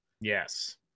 Yes